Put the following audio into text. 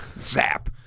zap